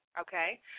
Okay